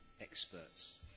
experts